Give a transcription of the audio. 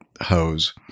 hose